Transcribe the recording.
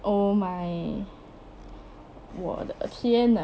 oh my 我的天 ah